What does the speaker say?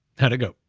how'd it go?